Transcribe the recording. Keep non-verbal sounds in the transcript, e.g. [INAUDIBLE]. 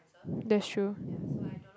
[BREATH] that's true [BREATH]